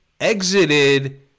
exited